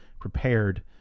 prepared